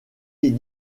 est